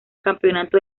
campeonato